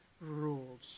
rules